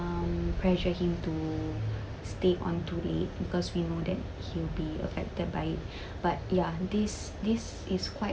um pressure him to stay on too late because we know that he'll be affected by it but ya this this is quite